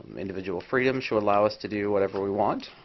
um individual freedom should allow us to do whatever we want.